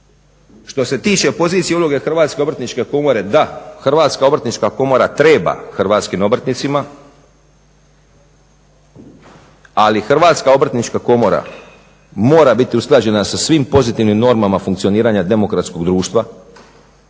Što se tiče pozicije i uloge Hrvatske obrtničke komore. Da, Hrvatska obrtnička komora treba hrvatskim obrtnicima. Ali Hrvatska obrtnička komora mora biti usklađena sa svim pozitivnim normama funkcioniranja demokratskog društva